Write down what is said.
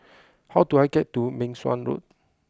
how do I get to Meng Suan Road